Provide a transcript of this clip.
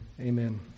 Amen